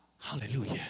Hallelujah